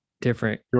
different